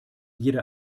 jeder